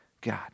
God